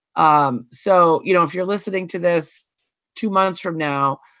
um so you know, if you're listening to this two months from now,